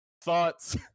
Thoughts